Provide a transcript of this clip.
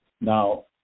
Now